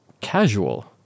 casual